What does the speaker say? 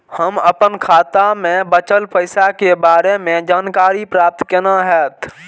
हम अपन खाता में बचल पैसा के बारे में जानकारी प्राप्त केना हैत?